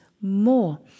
more